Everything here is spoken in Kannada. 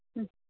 ಹ್ಞೂ